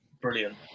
brilliant